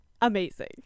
amazing